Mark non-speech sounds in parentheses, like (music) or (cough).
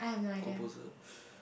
composer (breath)